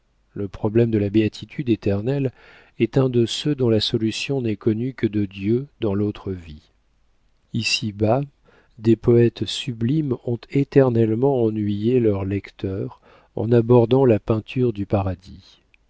le problème de la béatitude éternelle est un de ceux dont la solution n'est connue que de dieu dans l'autre vie ici-bas des poètes sublimes ont éternellement ennuyé leurs lecteurs en abordant la peinture du paradis